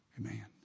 Amen